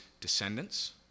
descendants